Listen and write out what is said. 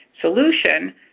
solution